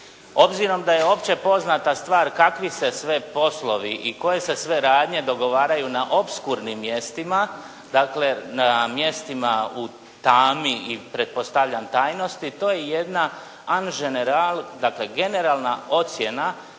Obzirom da je opće poznata stvar kakvi se sve poslovi i koje se sve radnje dogovaraju na opskurnim mjestima, dakle na mjestima u tami i pretpostavljam javnosti to je jedna an general, dakle